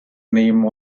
name